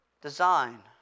design